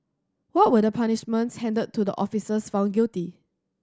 what were the punishments handed to the officers found guilty